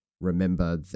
remember